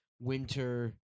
winter